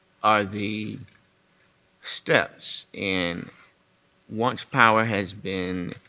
are the steps in once power has been